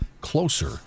closer